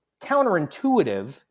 counterintuitive